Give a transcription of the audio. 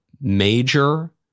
major